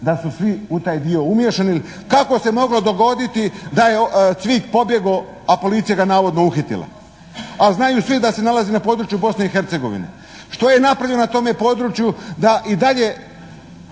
da su svi u taj dio umiješani jer kako se moglo dogoditi da je od svih pobjegao, a policija ga navodno uhitila, a znaju svi da se nalazi na području Bosne i Hercegovine. Što je napravio na tome području da i dalje